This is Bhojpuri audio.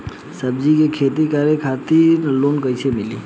सब्जी के खेती करे खातिर लोन कइसे मिली?